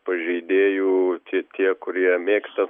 pažeidėjų tie tie kurie mėgsta